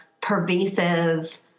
pervasive